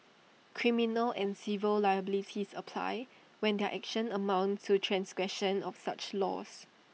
criminal and civil liabilities apply when their actions amounts to transgressions of such laws